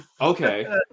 okay